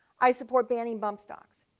i support banning bump stocks.